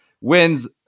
Wins